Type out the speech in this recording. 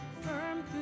firm